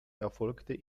erfolgte